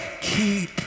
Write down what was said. keep